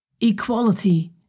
equality